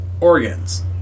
organs